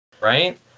right